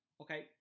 Okay